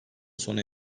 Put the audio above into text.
sona